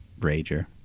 rager